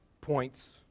points